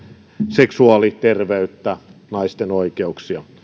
seksuaaliterveyttä naisten oikeuksia